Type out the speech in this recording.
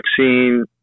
vaccine